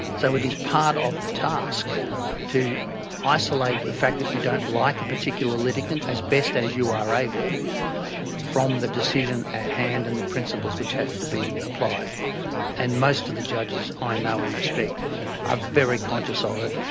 so it is part of the task to isolate the fact that you don't like a particular litigant as best as you are able from the decision at hand and the principles which have to be applied and most of the judges i know and respect are very conscious ah of it.